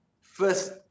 first